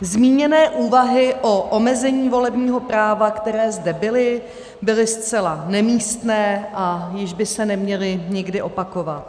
Zmíněné úvahy o omezení volebního práva, které zde byly, byly zcela nemístné a již by se neměly nikdy opakovat.